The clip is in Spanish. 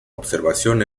observación